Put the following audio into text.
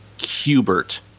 Hubert